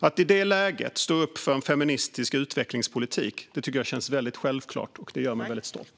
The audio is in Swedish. Att i det läget stå upp för en feministisk utvecklingspolitik tycker jag känns väldigt självklart, och det gör mig väldigt stolt.